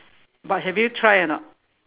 but have you tried or not